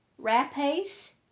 Rapace